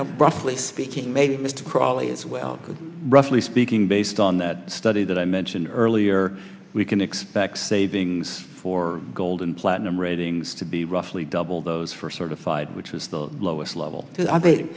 know roughly speaking maybe mr crowley as well roughly speaking based on that study that i mentioned earlier we can expect savings for gold and platinum readings to be roughly double those for certified which is the lowest level